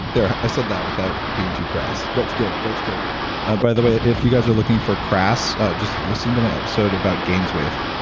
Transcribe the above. there i said that without being too crass that's good that's good by the way if you guys are looking for crass, just listen to my episode about games wave,